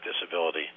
disability